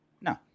No